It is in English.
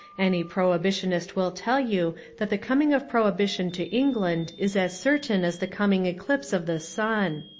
any prohibitionist will tell you that the coming of prohibition to england is as certain as the coming eclipse of the sun.